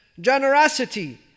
Generosity